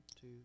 two